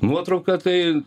nuotrauka tai